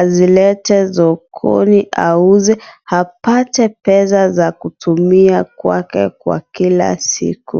azilete sokoni. Auze. Apate pesa za kutumia kwake kwa kila siku.